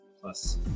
plus